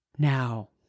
Now